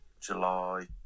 July